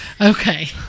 Okay